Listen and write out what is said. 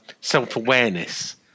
self-awareness